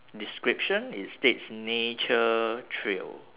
description it states nature trail